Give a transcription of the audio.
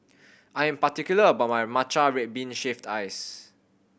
I am particular about my matcha red bean shaved ice